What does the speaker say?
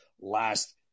last